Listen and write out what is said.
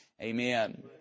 Amen